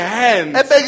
hands